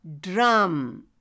drum